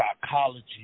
psychology